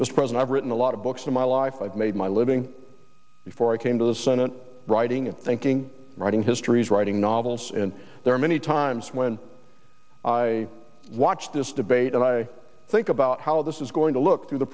this present i've written a lot of books in my life i've made my living before i came to the senate writing and thinking writing histories writing novels and there are many times when i watch this debate and i think about how this is going to look through the